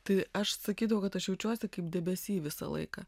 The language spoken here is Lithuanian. tai aš sakydavau kad aš jaučiuosi kaip debesy visą laiką